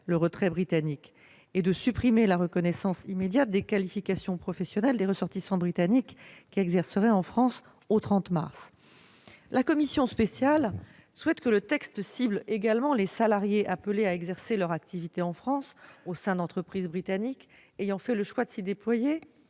le retrait britannique et à supprimer la reconnaissance immédiate des qualifications professionnelles des ressortissants britanniques qui exerceraient une activité en France au 30 mars. La commission spéciale souhaite que le texte cible également les salariés appelés à exercer leur activité en France au sein d'entreprises britanniques ayant fait le choix de s'y déployer